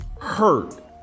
hurt